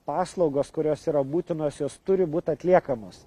paslaugos kurios yra būtinos jos turi būt atliekamos